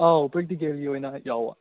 ꯑꯧ ꯄ꯭ꯔꯦꯛꯇꯤꯀꯦꯜꯒꯤ ꯑꯣꯏꯅ ꯌꯥꯎꯕ